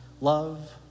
love